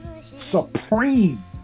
supreme